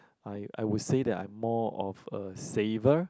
I I would say that I'm more of a saver